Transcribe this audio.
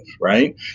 right